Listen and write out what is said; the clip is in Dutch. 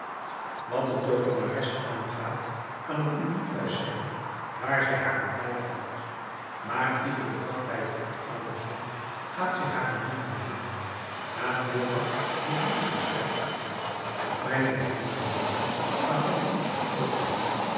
wat de toovenares aangaat kan ik u niet juist zeggen waar zij haar verblijf houdt maar iederen dag bij het opgaan der zon gaat zij haren minnaar bezoeken na vooraf de bloedige strafoefening op mij te hebben gehouden waarvan ik u gesproken heb